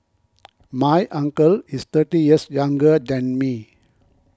my uncle is thirty years younger than me